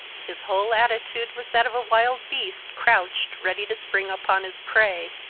his whole attitude was that of a wild beast crouched, ready to spring upon his prey.